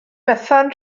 bethan